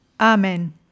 Amen